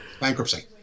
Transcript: Bankruptcy